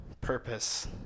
purpose